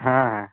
ᱦᱮᱸ